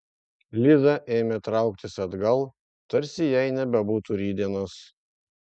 liza ėmė trauktis atgal tarsi jai nebebūtų rytdienos